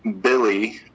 Billy